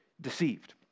deceived